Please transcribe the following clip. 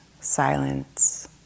silence